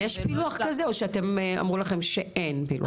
יש פילוח כזה או שאתם, אמרו לכם שאין פילוח כזה?